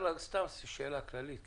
שאלה כללית כאזרח.